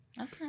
Okay